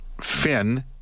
Finn